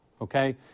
Okay